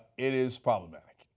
it is problematic,